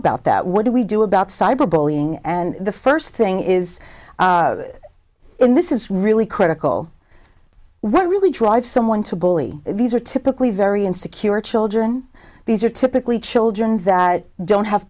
about that what do we do about cyber bullying and the first thing is this is really critical what really drives someone to bully these are typically very and secure children these are typically children that don't have